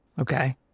Okay